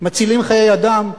מצילים חיי אדם,